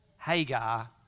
Hagar